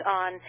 on